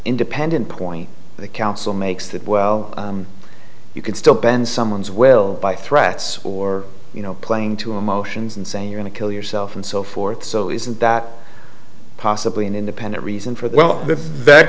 independent point that council makes that well you can still bend someone's will by threats or you know playing to emotions and saying you want to kill yourself and so forth so isn't that possibly an independent reason for th